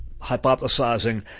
hypothesizing